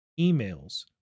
emails